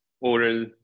oral